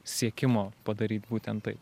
siekimo padaryt būtent taip